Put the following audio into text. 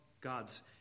God's